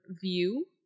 view